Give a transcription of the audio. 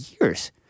years